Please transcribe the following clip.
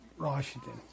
Washington